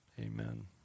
amen